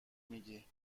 میگی